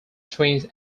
twins